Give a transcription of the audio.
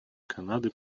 канады